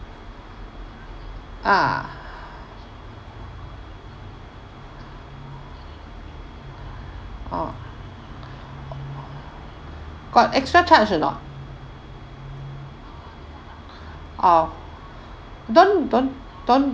ah oh got extra charge or not oh don't don't don't